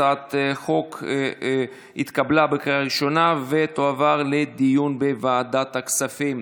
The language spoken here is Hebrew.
הצעת החוק התקבלה בקריאה ראשונה ותועבר לדיון בוועדת הכספים.